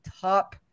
top